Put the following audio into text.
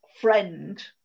friend